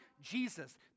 Jesus